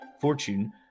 fortune